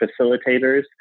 facilitators